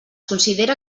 considera